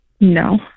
No